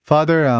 Father